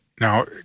Now